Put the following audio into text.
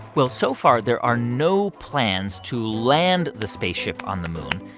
well, so far there are no plans to land the spaceship on the moon.